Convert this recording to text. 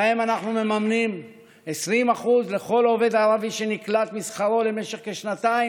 אנחנו בהם מממנים 20% משכרו של כל עובד ערבי שנקלט למשך כשנתיים,